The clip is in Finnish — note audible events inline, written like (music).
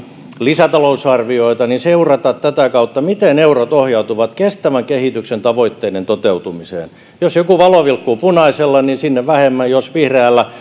lisätalousarvioita voi tätä kautta seurata miten eurot ohjautuvat kestävän kehityksen tavoitteiden toteutumiseen jos joku valo vilkkuu punaisella niin sinne vähemmän jos vihreällä (unintelligible)